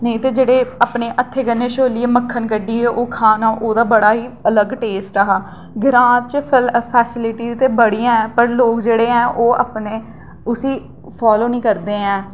नेईं ते जेह्ड़े अपने हत्थें कन्नै छोलियै मक्खन कड्ढियै ओह् खाना ओह्दा बड़ा ई अलग टेस्ट हा ग्रां च फस फेसीलिटी ते बड़ी ऐ पर लोक जेह्ड़े ऐ ओह अपने रुूल गी फालो निं करदे हैन